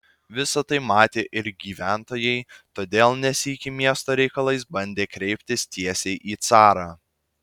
visa tai matė ir gyventojai todėl ne sykį miesto reikalais bandė kreiptis tiesiai į carą